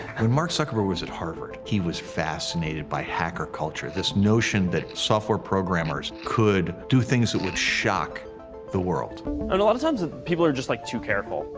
when mark zuckerberg was at harvard, he was fascinated by hacker culture, this notion that software programmers could do things that would shock the world. and a lot of times, people are just, like, too careful.